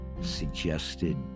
suggested